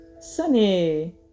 Sunny